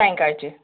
सायंकाळचे